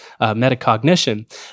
metacognition